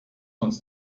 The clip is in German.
uns